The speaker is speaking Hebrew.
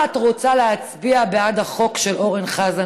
את רוצה להצביע בעד החוק של אורן חזן?